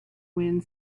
wind